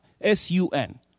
S-U-N